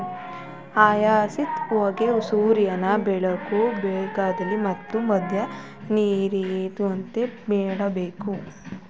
hyacinth ಹೂಗೆ ಸೂರ್ಯನ ಬೆಳಕು ಬೇಕಾಗ್ತದೆ ಮತ್ತು ಮಧ್ಯಮ ನೀರಿರುವಂತೆ ಮಾಡ್ಬೇಕು